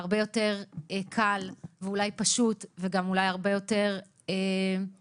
הרבה יותר קל ואולי פשוט וגם אולי הרבה יותר מקבל